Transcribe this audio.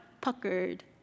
puckered